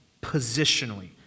positionally